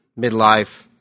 midlife